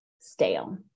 stale